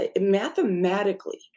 Mathematically